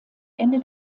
ende